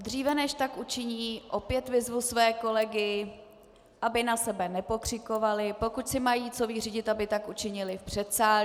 Dříve než tak učiní, opět vyzvu své kolegy, aby na sebe nepokřikovali, pokud si mají co vyřídit, aby tak učinili v předsálí.